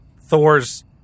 Thor's